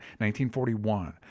1941